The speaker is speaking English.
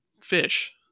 fish